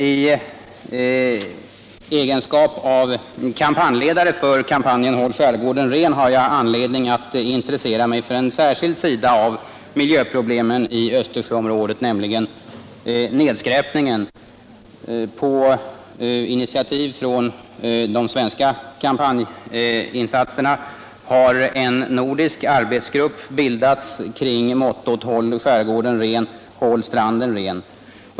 I egenskap av kampanjledare för kampanjen ”Håll skärgården ren” har jag anledning att intressera mig för en särskild sida av miljöproblemen i Östersjöområdet, nämligen nedskräpningen. På initiativ av den svenska kampanjen har en nordisk arbetsgrupp bildats kring mottot ”Håll skärgården ren — Håll stranden ren”.